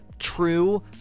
true